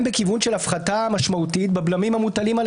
בכיוון של הפחתה משמעותית בבלמים המוטלים על